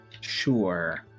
Sure